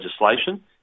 legislation